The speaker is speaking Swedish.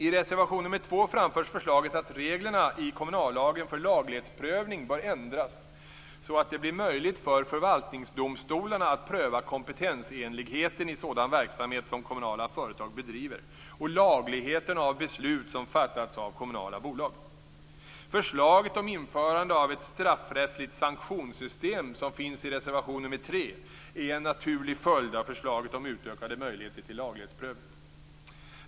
I reservation nr 2 framförs förslaget att reglerna i kommunallagen för laglighetsprövning bör ändras så att det blir möjligt för förvaltningsdomstolarna att pröva kompetensenligheten i sådan verksamhet som kommunala företag bedriver och lagligheten av beslut som fattats av kommunala bolag. Förslaget om införande av ett straffrättsligt sanktionssystem som finns i reservation nr 3 är en naturlig följd av förslaget om utökade möjligheter till laglighetsprövning.